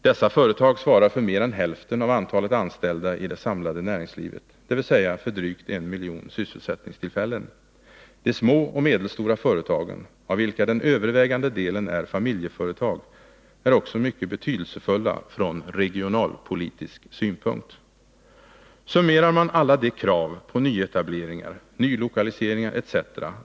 Dessa företag svarar för mer än hälften av antalet anställda i det samlade näringslivet, dvs. för drygt en miljon sysselsättningstillfällen. De små och medelstora företagen, av vilka den övervägande delen är familjeföretag, är också mycket betydelsefulla från regionalpolitisk synpunkt. Summerar man alla de krav på nyetableringar, nylokaliseringar etc.